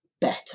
better